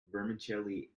vermicelli